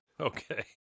Okay